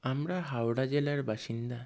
আমরা হাওড়া জেলার বাসিন্দা